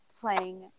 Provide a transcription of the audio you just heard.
playing